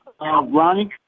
Ronnie